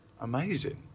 Amazing